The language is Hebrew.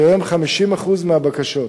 שהן 50% מהבקשות.